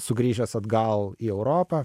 sugrįžęs atgal į europą